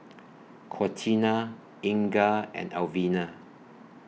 Contina Inga and Alvina